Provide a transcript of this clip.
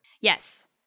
Yes